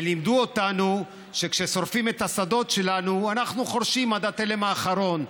ולימדו אותנו שכששורפים את השדות שלנו אנחנו חורשים עד התלם האחרון,